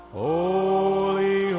Holy